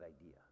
idea